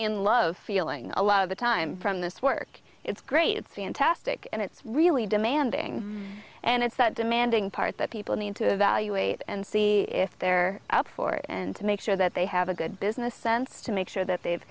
in love feeling a lot of the time from this work it's great it's fantastic and it's really demanding and it's that demanding part that people need to evaluate and see if they're up for it and to make sure that they have a good business sense to make sure that they